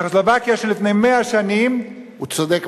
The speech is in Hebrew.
צ'כוסלובקיה של לפני 100 שנים, הוא צודק.